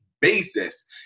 basis